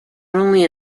only